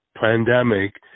pandemic